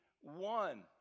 one